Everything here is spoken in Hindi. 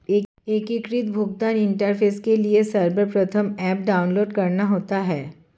एकीकृत भुगतान इंटरफेस के लिए सर्वप्रथम ऐप डाउनलोड करना होता है